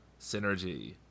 synergy